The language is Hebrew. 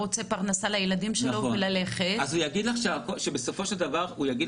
רוצה פרנסה לילדים שלו --- אז בסופו של דבר הוא יגיד